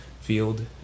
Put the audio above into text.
field